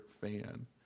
fan